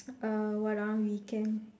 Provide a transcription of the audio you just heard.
ah what ah can